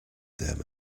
there